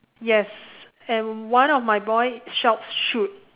yes and one of my boy shouts shoot